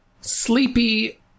Sleepy